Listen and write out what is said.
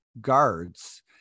guards